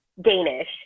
Danish